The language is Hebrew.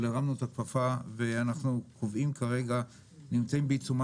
אבל הרמנו את הכפפה ואנחנו כרגע בעיצומה